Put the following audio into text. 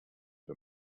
for